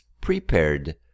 Prepared